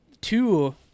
two